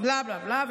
בלה בלה בלה.